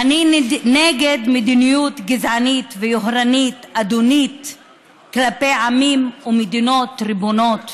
אני נגד מדיניות גזענית יהירה ואדנותית כלפי עמים ומדינות ריבוניות